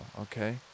okay